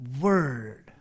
Word